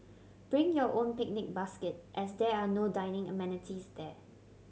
bring your own picnic basket as there are no dining amenities there